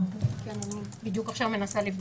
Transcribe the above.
אני בדיוק עכשיו מנסה לבדוק.